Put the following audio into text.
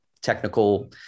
technical